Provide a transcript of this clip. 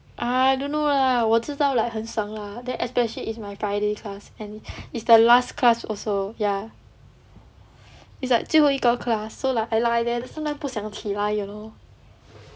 I don't know lah 我知道 like 很爽 lah then especially is my friday class and is the last class also ya it's like 最后一个 class so like I lie there then sometime 不想起来 you know